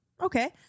okay